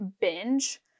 binge